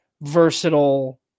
versatile